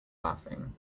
laughing